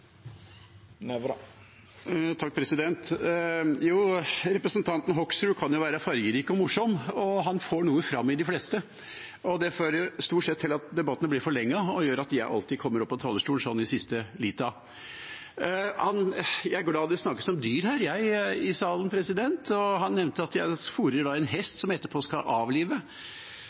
Representanten Hoksrud kan være fargerik og morsom, og han får noe fram i de fleste. Det fører stort sett til at debattene blir forlenget, og gjør at jeg alltid kommer opp på talerstolen sånn i siste liten. Jeg er glad det snakkes om dyr i salen, og han nevnte at jeg sporer i vei en hest som etterpå skal